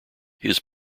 his